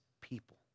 people